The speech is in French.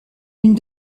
une